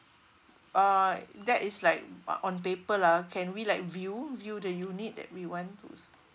uh that is like on paper lah can we like view view the unit that we want to